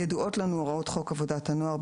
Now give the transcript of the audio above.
בניגוד להוראת סעיף 4א לחוק עבודת הנוער".